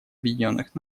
объединенных